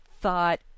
thought